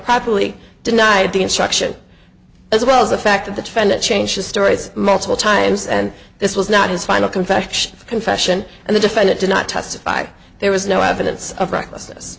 properly denied the instruction as well as the fact that the defendant changed his story multiple times and this was not his final confession confession and the defendant did not testify there was no evidence of recklessness